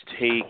take